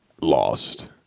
Lost